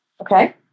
Okay